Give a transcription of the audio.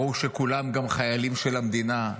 ברור שכולם גם חיילים של המדינה,